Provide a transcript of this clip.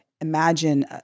imagine